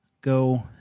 Go